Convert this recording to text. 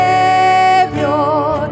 Savior